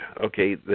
okay